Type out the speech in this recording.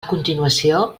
continuació